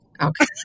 okay